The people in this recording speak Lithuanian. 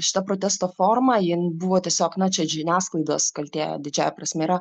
šita protesto forma jiem buvo tiesiog na čia žiniasklaidos kaltė didžiąja prasme yra